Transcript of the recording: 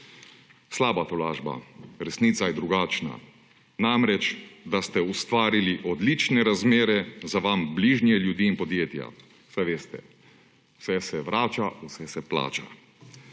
Slaba tolažba. Resnica je drugačna: da ste ustvarili odlične razmere za vam bližnje ljudi in podjetja. Saj veste, vse se vrača, vse se plača.